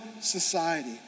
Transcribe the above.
society